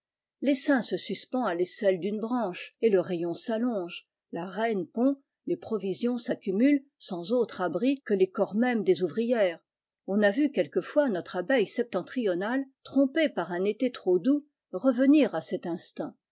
l'essaim se suspend à faisselle d'une branche et le rayon s'allonge la reine pond les provisions s'accumulent sans autre abri que les corps mêmes des ouvrières on a vu quelquefois notre abeille septentrionale trompée par un été trop doux revenir à cet instinct